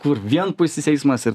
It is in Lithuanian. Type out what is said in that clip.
kur vienpusis eismas ir